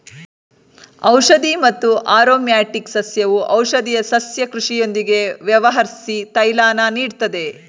ಔಷಧಿ ಮತ್ತು ಆರೊಮ್ಯಾಟಿಕ್ ಸಸ್ಯವು ಔಷಧೀಯ ಸಸ್ಯ ಕೃಷಿಯೊಂದಿಗೆ ವ್ಯವಹರ್ಸಿ ತೈಲನ ನೀಡ್ತದೆ